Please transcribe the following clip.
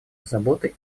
заботой